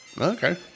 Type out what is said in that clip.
Okay